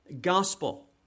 gospel